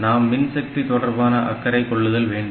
நாம் மின்சக்தி தொடர்பான அக்கறை கொள்ளுதல் வேண்டும்